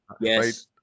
yes